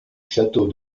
château